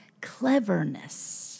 cleverness